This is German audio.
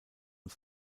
und